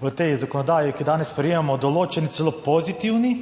v tej zakonodaji, ki jo danes sprejemamo, določeni celo pozitivni,